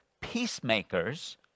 peacemakers